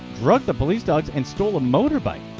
drugged the police dogs, and stole a motorbike.